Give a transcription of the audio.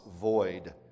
void